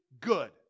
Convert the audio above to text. good